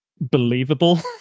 believable